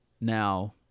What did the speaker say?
Now